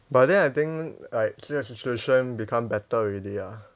but then I think like 这个 situation became better already ah